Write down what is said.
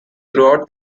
throughout